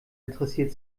interessiert